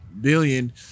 billion